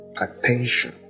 attention